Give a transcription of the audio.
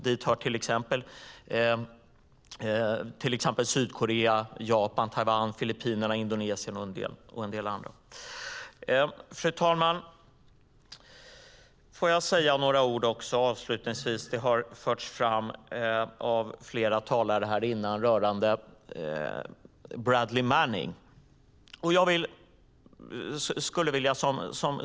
Dit hör till exempel Sydkorea, Japan, Taiwan, Filippinerna, Indonesien och en del andra. Fru talman! Jag ska avslutningsvis säga några ord rörande Bradley Manning, som har tagits upp här av flera talare.